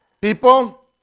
people